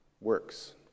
works